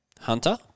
Hunter